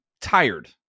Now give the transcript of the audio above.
tired